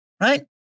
right